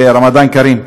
רמדאן כרים,